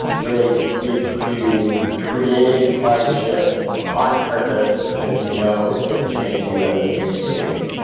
really speaks to creating hardship on purpose, because you know it's going to change you as a human being.